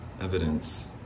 evidence